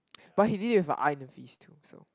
but he did it with a eye in a fist too so